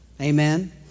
Amen